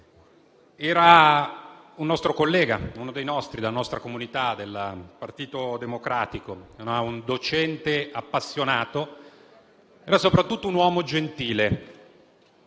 Era un nostro collega, uno dei nostri, della nostra comunità del Partito Democratico. Era un docente appassionato ed era soprattutto un uomo gentile.